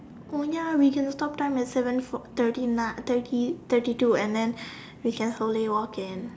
oh ya we can stop time at seven for~ thirty ni~ thirty thirty two and then we can slowly walk in